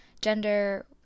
Gender